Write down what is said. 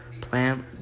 plant